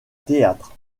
théâtre